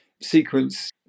sequence